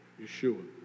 Yeshua